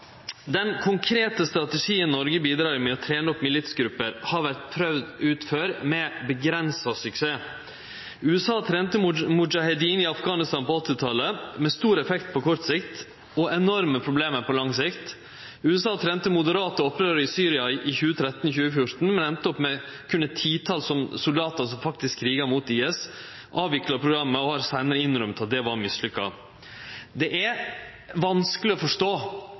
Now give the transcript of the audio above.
Den konkrete strategien Noreg bidreg i med å trene opp militsgrupper, har vore prøvd ut før med avgrensa suksess. USA trente Mujahedin i Afghanistan på 1980-talet med stor effekt på kort sikt og enorme problem på lang sikt. USA trente moderate opprørarar i Syria i 2013 og 2014, men enda opp med berre eit titals soldatar som faktisk kriga mot IS, avvikla programmet og har seinare innrømt at det var mislykka. Det er vanskeleg å forstå